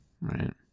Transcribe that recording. Right